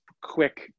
quick